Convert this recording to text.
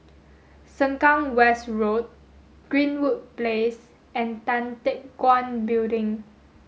Sengkang West Road Greenwood Place and Tan Teck Guan Building